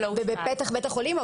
ובפתח בית החולים מת.